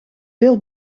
veel